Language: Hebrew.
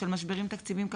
של משברים תקציביים כלכליים.